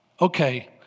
Okay